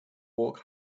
walk